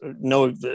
no